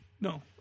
no